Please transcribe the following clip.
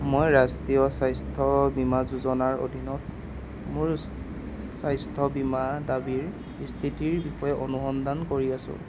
মই ৰাষ্ট্ৰীয় স্বাস্থ্য বীমা যোজনাৰ অধীনত মোৰ স্বাস্থ্য বীমা দাবীৰ স্থিতিৰ বিষয়ে অনুসন্ধান কৰি আছোঁ